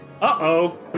Uh-oh